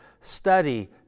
study